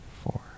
four